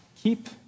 keep